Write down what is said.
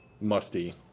musty